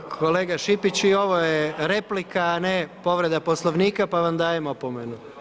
Dobro, kolega Šipić i ovo je replika a ne povreda Poslovnika, pa vam dajem opomenu.